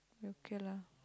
okay lah